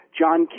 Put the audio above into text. John